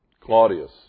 Claudius